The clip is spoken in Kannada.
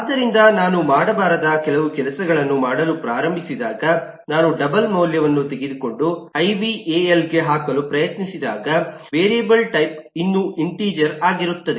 ಆದ್ದರಿಂದ ನಾನು ಮಾಡಬಾರದ ಕೆಲವು ಕೆಲಸಗಳನ್ನು ಮಾಡಲು ಪ್ರಾರಂಭಿಸಿದಾಗ ನಾನು ಡಬಲ್ ಮೌಲ್ಯವನ್ನು ತೆಗೆದುಕೊಂಡು ಐ ವಿ ಎ ಎಲ್ ಗೆ ಹಾಕಲು ಪ್ರಯತ್ನಿಸಿದಾಗ ವೇರಿಯೇಬಲ್ ಟೈಪ್ ಇನ್ನೂ ಇಂಟಿಜರ್ ಆಗಿರುತ್ತದೆ